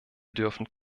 dürfen